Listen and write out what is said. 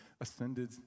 ascended